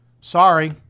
Sorry